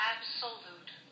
Absolute